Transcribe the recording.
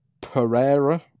Pereira